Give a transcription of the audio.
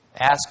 Ask